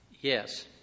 Yes